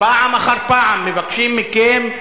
פעם אחר פעם, מבקשים מכם: